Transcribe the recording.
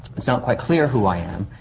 it's not quite clear who i am.